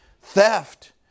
theft